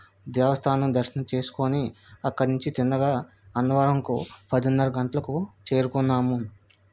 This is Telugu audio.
దేవస్థానం దర్శనం చేసుకోని అక్కడ్నుంచి తిన్నగా అన్నవరంకు పదున్నర గంటలకు చేరుకున్నాము